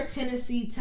Tennessee